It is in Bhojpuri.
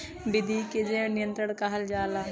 विधि के जैव नियंत्रण कहल जाला